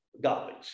garbage